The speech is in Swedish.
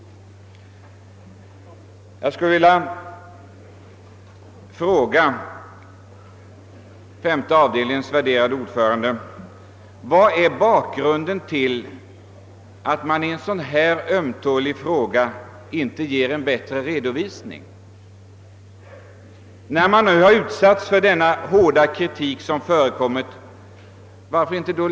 Jag skulle vilja fråga femte avdelningens värderade ordförande vad bakgrunden är till att man i en sådan här ömtålig fråga inte ger en bättre redovisning. Varför lägger man inte papperen på bordet efter den hårda kritik som förekommit?